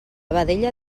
vedella